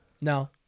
No